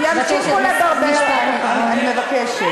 אני מבקשת